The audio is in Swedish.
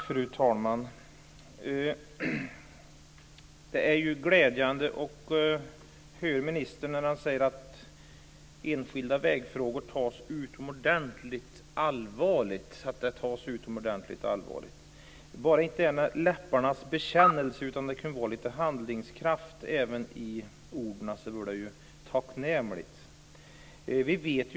Fru talman! Det är glädjande att höra ministern säga att frågor om enskilda vägar tas utomordentligt allvarligt. Det vore tacknämligt om det inte bara är en läpparnas bekännelse utan att det också finns lite handlingskraft bakom orden.